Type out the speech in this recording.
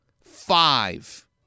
five